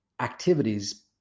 activities